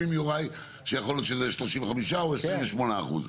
--- שזה יכול להיות 35 או 28 אחוז.